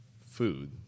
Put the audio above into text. food